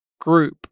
group